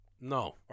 No